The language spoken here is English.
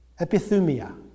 Epithumia